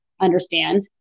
understand